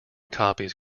copies